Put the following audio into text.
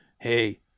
Hey